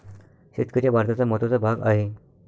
शेतकरी हा भारताचा महत्त्वाचा भाग आहे